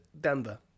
Denver